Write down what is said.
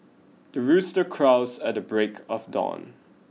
the rooster crows at the break of dawn